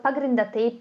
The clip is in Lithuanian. pagrindė tai